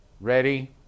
ready